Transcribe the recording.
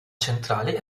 centrale